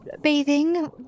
bathing